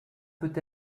peut